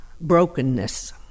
brokenness